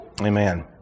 Amen